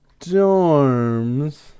dorms